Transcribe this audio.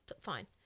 Fine